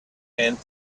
and